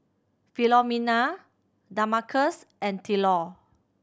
Philomena Damarcus and Tylor